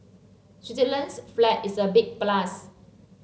Switzerland's flag is a big plus